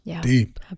deep